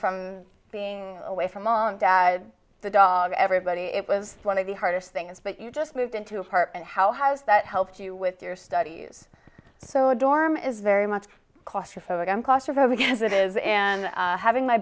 from being away from mom dad the dog everybody it was one of the hardest things but you just moved into a part and how has that helped you with your studies so a dorm is very much kasha photogram claustrophobic as it is and having my